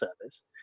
Service